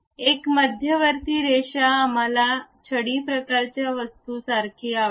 एक मध्यवर्ती रेषा आम्हाला छडी प्रकारची वस्तू सारखे आवडेल